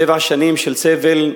שבע שנים של סבל,